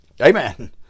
Amen